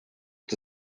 the